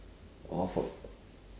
orh for